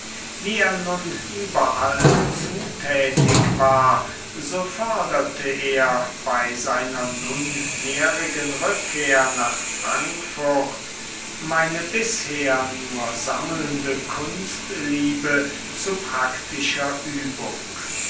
wie er nun überall zutätig war so förderte er bei seiner nunmehrigen rückkehr nach frankfurt meine bisher nur sammelnde kunstliebe zu praktischer übung